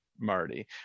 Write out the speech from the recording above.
marty